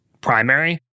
primary